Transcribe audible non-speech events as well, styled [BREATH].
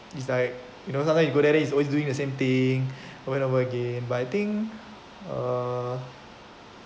it's like you know sometime you go there then is always doing the same thing [BREATH] over and over again but I think uh